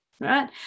right